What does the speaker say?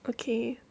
okay